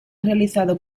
realizado